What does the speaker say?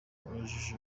urujijo